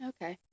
Okay